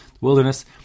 wilderness